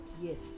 yes